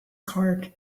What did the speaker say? card